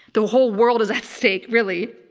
the whole world is at stake, really.